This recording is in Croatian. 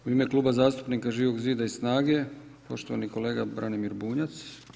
U ime Kluba zastupnika Živog zida i SNAGA-e poštovani kolega Branimir Bunjac.